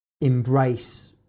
embrace